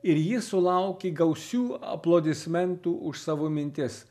ir ji sulaukė gausių aplodismentų už savo mintis